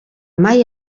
mai